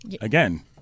Again